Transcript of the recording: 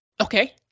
Okay